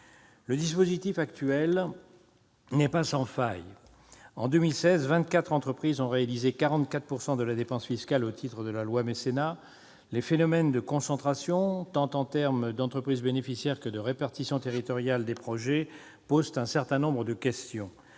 Le dispositif actuel n'est pas sans faille. En 2016, 24 entreprises ont réalisé 44 % de la dépense fiscale au titre de la loi sur le mécénat. Les phénomènes de concentration, en termes tant d'entreprises bénéficiaires que de répartition territoriale des projets, posent un certain nombre de questions.